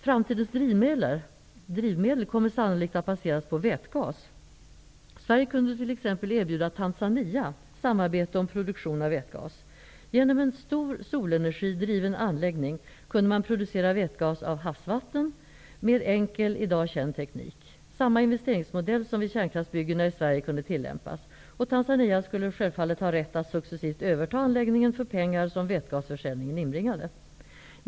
Framtidens drivmedel kommer sannolikt att baseras på vätgas. Sverige kunde t.ex. erbjuda Genom en stor solenergidriven anläggning kunde man producera vätgas av havsvatten, med enkel, i dag känd teknik. Samma investeringsmodell som vid kärnkraftsbyggena i Sverige kunde tillämpas. Tanzania skulle självfallet ha rätt att successivt överta anläggningen för pengar som vätgasförsäljningen inbringade.